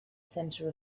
center